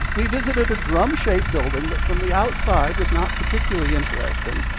we visited a drum-shaped building that from the outside was not particularly interesting.